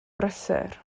brysur